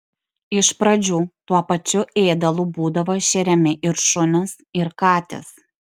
iš pradžių tuo pačiu ėdalu būdavo šeriami ir šunys ir katės